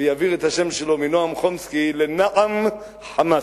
ויעביר את השם שלו מנועם חומסקי לנעם חמאס.